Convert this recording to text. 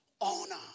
honor